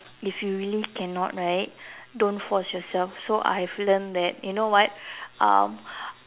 if you really cannot right don't force yourself so I've learned that you know what um